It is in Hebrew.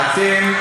אתם,